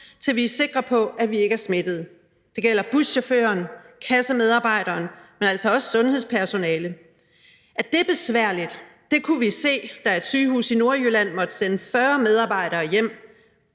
til vi er sikre på, at vi ikke er smittet. Det gælder buschaufføren, kassemedarbejderen, men altså også sundhedspersonalet. At det er besværligt, kunne vi se, da et sygehus i Nordjylland måtte sende 40 medarbejdere hjem,